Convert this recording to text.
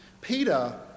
Peter